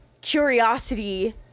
curiosity